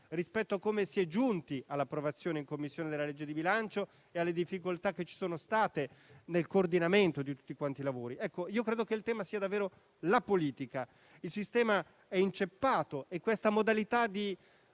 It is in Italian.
rispetto a come si è giunti all'approvazione in Commissione del disegno di legge di bilancio e alle difficoltà che ci sono state nel coordinamento di tutti i lavori. Credo che il tema sia davvero la politica; il sistema è inceppato e questa modalità di